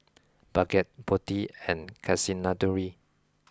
Bhagat Potti and Kasinadhuni